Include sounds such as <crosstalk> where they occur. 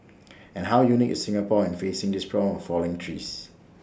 <noise> and how unique is Singapore in facing this problem of falling trees